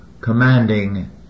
commanding